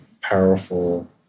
powerful